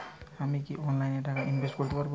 আমি কি অনলাইনে টাকা ইনভেস্ট করতে পারবো?